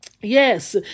Yes